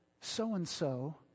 so-and-so